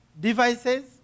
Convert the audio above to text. devices